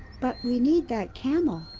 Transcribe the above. but we need that camel,